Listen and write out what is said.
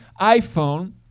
iPhone